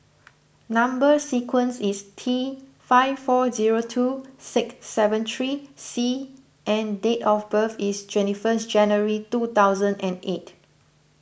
Number Sequence is T five four zero two six seven three C and date of birth is twenty first January two thousand and eight